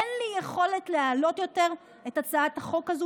אין לי יכולת להעלות יותר את הצעת החוק הזו,